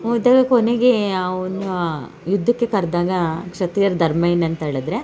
ಹೋದಾಗ ಕೊನೆಗೆ ಅವನು ಯುದ್ಧಕ್ಕೆ ಕರೆದಾಗ ಕ್ಷತ್ರಿಯ ಧರ್ಮ ಏನಂತ ಹೇಳದ್ರೆ